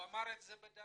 הוא אמר את זה בדרכו.